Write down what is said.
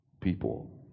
people